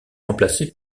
remplacé